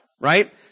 right